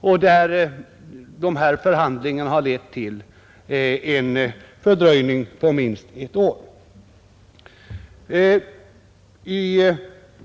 Förhandlingarna med dem har lett till en fördröjning på minst ett år.